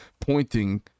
pointing